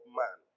man